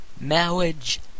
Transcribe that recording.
Marriage